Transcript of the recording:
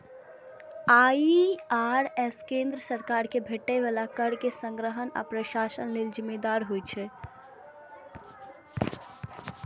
IRS केंद्र सरकार कें भेटै बला कर के संग्रहण आ प्रशासन लेल जिम्मेदार होइ छै